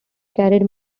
carried